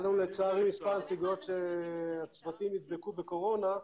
לצערי, במספר נציגויות הצוותים נדבקו בקורונה.